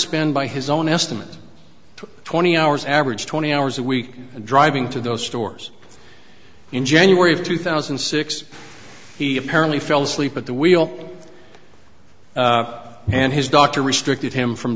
spend by his own estimate to twenty hours averaged twenty hours a week driving to those stores in january of two thousand and six he apparently fell asleep at the wheel and his doctor restricted him from